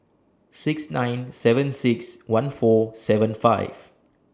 six nine seven six one four seven five